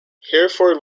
hereford